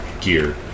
gear